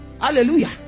Hallelujah